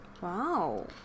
Wow